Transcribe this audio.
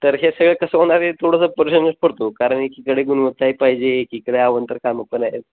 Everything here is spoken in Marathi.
तर हे सगळं कसं होणार आहे थोडंसं परिश्रम पडतो कारण क एकीकडे गुणवत्ताही पाहिजे इकडे अवांतर कामंपण आहेत